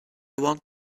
want